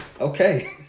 Okay